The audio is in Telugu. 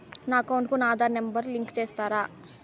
నా అకౌంట్ కు నా ఆధార్ నెంబర్ లింకు చేసారా